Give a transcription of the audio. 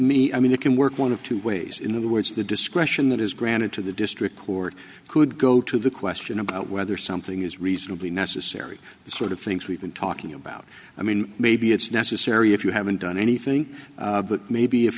me i mean it can work one of two ways in other words the discretion that is granted to the district court could go to the question about whether something is reasonably necessary the sort of things we've been talking about i mean maybe it's necessary if you haven't done anything but maybe if